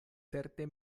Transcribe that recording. certe